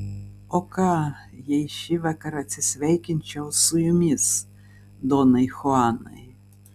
o ką jei šįvakar atsisveikinčiau su jumis donai chuanai